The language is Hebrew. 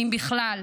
אם בכלל,